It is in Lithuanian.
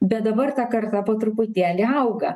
bet dabar ta karta po truputėlį auga